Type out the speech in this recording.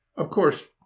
of course,